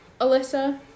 Alyssa